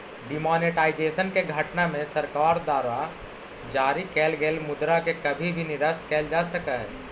demonetisation के घटना में सरकार द्वारा जारी कैल गेल मुद्रा के कभी भी निरस्त कैल जा सकऽ हई